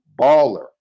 baller